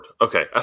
okay